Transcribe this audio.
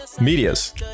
medias